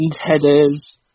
headers